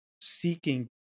seeking